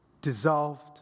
dissolved